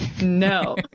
no